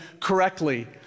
correctly